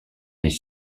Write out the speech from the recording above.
les